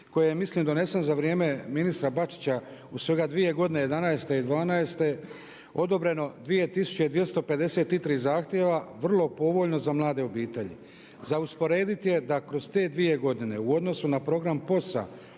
koji je mislim donesen za vrijeme ministra Bačića u svega dvije godine, '11. i '12. odobreno 2253 zahtjeva vrlo povoljno za mlade obitelji. Za usporediti je da kroz te dvije godine u odnosu na program POS-a